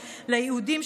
ליהודים,